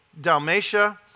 Dalmatia